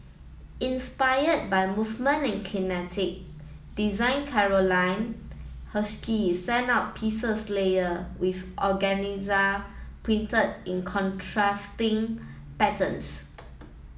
inspired by movement and kinetic design Carolina Herrera sent out pieces layer with organza printed in contrasting patterns